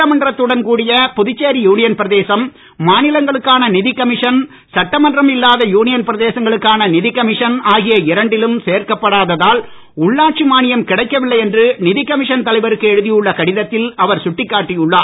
சட்டமன்றத்துடன் கூடிய புதுச்சேரி யூனியன் பிரதேசம் மாநிலங்களுக்கான நிதிக் கமிஷன் சட்டமன்றம் இல்லாத யூனியன் பிரதேசங்களுக்கான நிதிக் கமிஷன் சேர்க்கப்படாததால் உள்ளாட்சி மானியம் கிடைக்கவில்லை என்று நிதிக் கமிஷன் தலைவருக்கு எழுதியுள்ள கடிதத்தில் அவர் சுட்டிக் காட்டியுள்ளார்